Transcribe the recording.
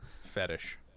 Fetish